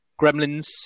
Gremlins